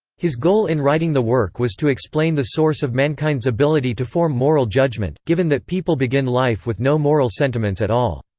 his goal in writing the work was to explain the source of mankind's ability to form moral judgement, given that people begin life with no moral sentiments at all.